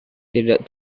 tidak